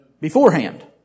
beforehand